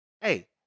Hey